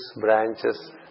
branches